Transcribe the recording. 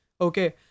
okay